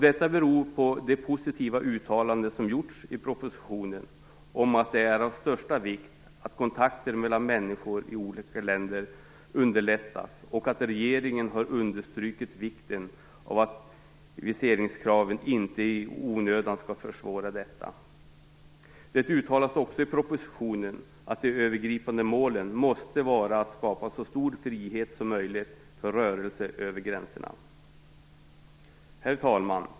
Detta beror på det positiva uttalande som har gjorts i propositionen om att det är av största vikt att kontakter mellan människor i olika länder underlättas och att regeringen har understrukit vikten av att viseringskraven inte i onödan skall försvåra detta. Det uttalas också i propositionen att "det övergripande målet måste vara att skapa så stor frihet som möjligt för rörelser över gränserna". Herr talman!